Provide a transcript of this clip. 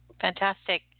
Fantastic